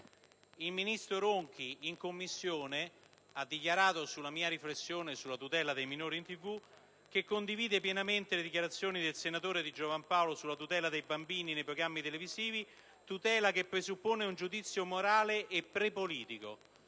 il ministro Ronchi, in Commissione, ha dichiarato, sulla mia riflessione sulla tutela dei minori in TV, di condividere pienamente le dichiarazioni del senatore Di Giovan Paolo sulla tutela dei bambini nei programmi televisivi, tutela che presuppone un giudizio morale e pre-politico.